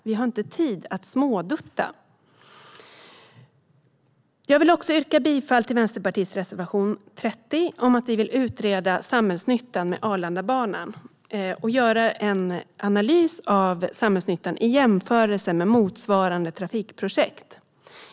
Vi har inte tid att smådutta. Jag yrkar bifall till Vänsterpartiets reservation, nr 30, om att utreda samhällsnyttan med Arlandabanan. Det ska göras en analys av samhällsnyttan i jämförelse med motsvarande trafikprojekt.